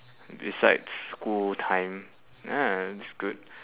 besides school time ah that's good